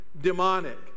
demonic